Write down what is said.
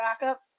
backup